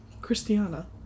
Christiana